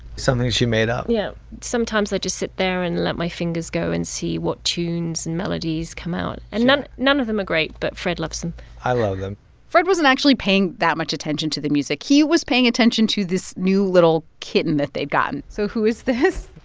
something she made up yeah. sometimes i just sit there and let my fingers go and see what tunes and melodies come out. and none none of them are great, but fred loves them i love them fred wasn't actually paying that much attention to the music. he was paying attention to this new little kitten that they'd gotten so who is this?